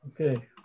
Okay